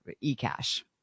e-cash